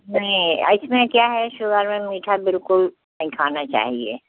नहीं इसमें किया है शुगर में मीठा बिलकुल नहीं खाना चाहिए